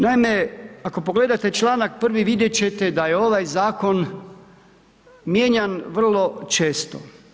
Naime, ako pogledate članak 1. vidjeti ćete da je ovaj zakon, mijenjan vrlo često.